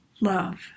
love